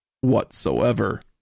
whatsoever